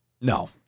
No